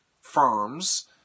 firms